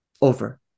over